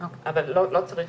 אז הסוכר שאנחנו